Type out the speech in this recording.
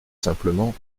simplement